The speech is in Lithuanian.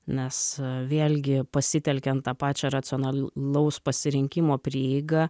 nes vėlgi pasitelkiant tą pačią racionalaus pasirinkimo prieigą